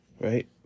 right